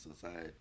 society